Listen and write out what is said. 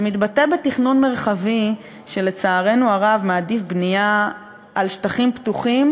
זה מתבטא בתכנון מרחבי שלצערנו הרב מעדיף בנייה על שטחים פתוחים,